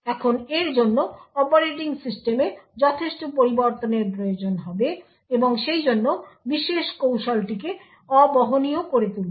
এখন এর জন্য অপারেটিং সিস্টেমে যথেষ্ট পরিবর্তনের প্রয়োজন হবে এবং সেইজন্য বিশেষ কৌশলটিকে অ বহনীয় করে তুলবে